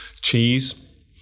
cheese